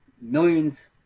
millions